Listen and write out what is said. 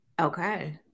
Okay